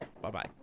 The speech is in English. Bye-bye